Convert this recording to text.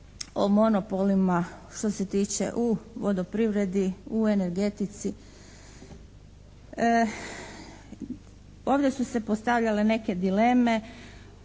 o monopolima što se tiče u vodoprivredi, u energetici. Ovdje su se postavljale neke dileme